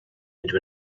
into